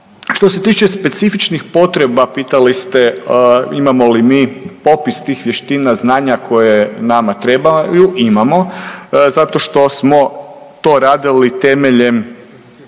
Što se tiče specifičnih potreba pitali ste imamo li mi popis tih vještina, znanja koje nama trebaju – imamo, zato što smo to radili temeljem